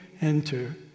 enter